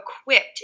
equipped